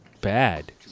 bad